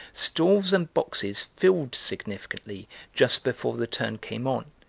stalls and boxes filled significantly just before the turn came on,